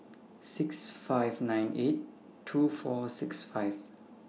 six five nine eight two four six five